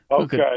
Okay